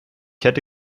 hätte